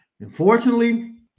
Unfortunately